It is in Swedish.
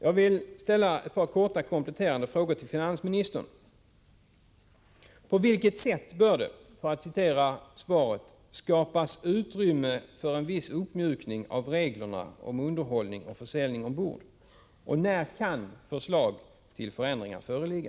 Jag vill ställa ett par korta kompletterande frågor till finansministern: På vilket sätt bör det, för att citera svaret, skapas ”utrymme för en viss uppmjukning av reglerna om underhållning och försäljning ombord”? När kan förslag till förändringar föreligga?